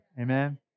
amen